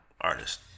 artist